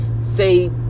say